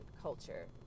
culture